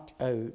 out